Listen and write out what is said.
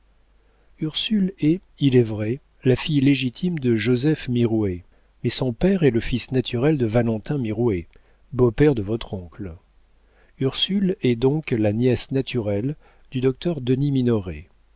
ursule est il est vrai la fille légitime de joseph mirouët mais son père est le fils naturel de valentin mirouët beau-père de votre oncle ursule est donc la nièce naturelle du docteur denis